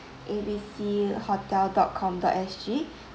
A B C hotel dot com dot S G